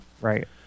Right